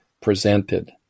presented